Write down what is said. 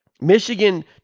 Michigan